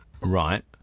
Right